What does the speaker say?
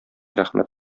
рәхмәт